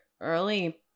early